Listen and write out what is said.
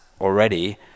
already